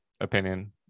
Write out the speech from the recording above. opinion